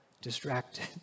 distracted